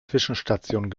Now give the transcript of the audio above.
zwischenstation